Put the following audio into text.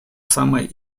самой